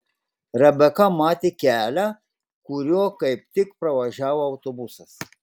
rebeka matė kelią kuriuo kaip tik pravažiavo autobusas